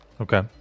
Okay